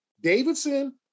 Davidson